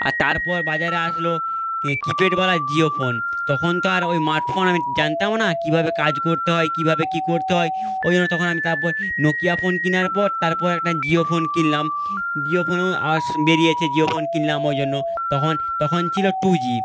আর তারপর বাজারে আসলো কীপ্যাডওয়ালা জিও ফোন তখন তো আর ওই স্মার্ট ফোন আমি জানতামও না কীভাবে কাজ করতে হয় কীভাবে কী করতে হয় ওই জন্য তখন আমি তারপর নোকিয়া ফোন কেনার পর তারপর একটা জিও ফোন কিনলাম জিও ফোনেও বেরিয়েছে জিও ফোন কিনলাম ওই জন্য তখন তখন ছিল টু জি